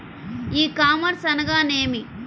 ఈ కామర్స్ అనగా నేమి?